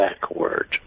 backward